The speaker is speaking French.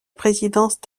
présidence